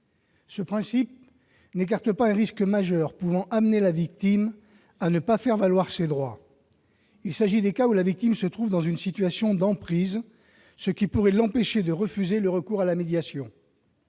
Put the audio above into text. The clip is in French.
Ce principe n'écarte pas un risque majeur pouvant amener la victime à ne pas faire valoir ses droits : il s'agit des cas dans lesquels la victime se trouve dans une situation d'emprise, ce qui pourrait l'empêcher de refuser le recours à la médiation.